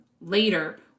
later